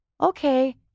okay